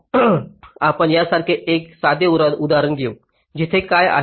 आपण यासारखे एक साधे उदाहरण घेऊ तिथे काय आहे